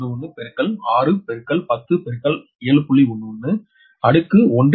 11 6 10 7